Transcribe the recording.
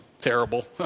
terrible